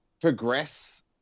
progress